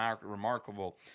remarkable